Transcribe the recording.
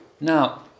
Now